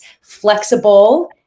Flexible